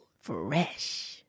fresh